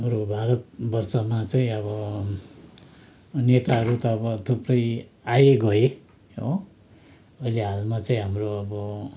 हाम्रो भारतवर्षमा चाहिँ अब नेताहरू त अब थुप्रै आए गए हो अहिले हालमा चाहिँ हाम्रो अब